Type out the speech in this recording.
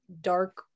dark